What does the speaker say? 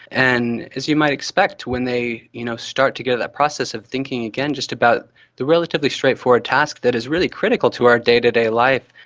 and, as you might expect, when they you know start to get that process of thinking again just about the relatively straightforward task that is really critical to our day-to-day life,